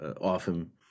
often